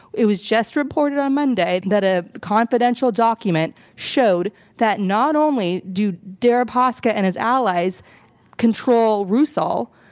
it was just reported on monday that a confidential document showed that not only do deripaska and his allies control rusal,